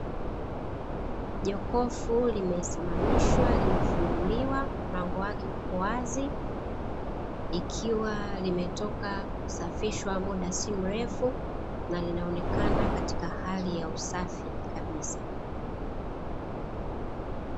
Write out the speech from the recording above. Jokofu limesimamishwa limefunguliwa mlango wake upo wazi, ikiwa limetoka kusafishwa muda si mrefu na linaonekana katika hali ya usafi kabisa.